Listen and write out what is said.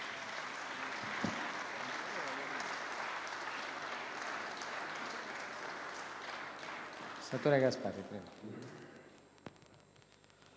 Grazie,